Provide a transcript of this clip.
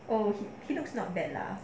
oh he looks not bad lah